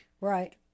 Right